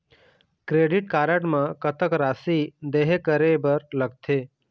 Credit card म कतक राशि देहे करे बर लगथे?